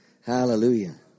Hallelujah